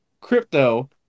crypto